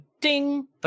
Ding